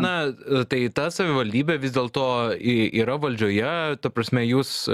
na tai ta savivaldybė vis dėlto į yra valdžioje ta prasme jūs